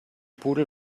pudel